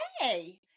hey